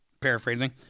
paraphrasing